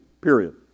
period